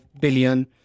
billion